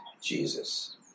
Jesus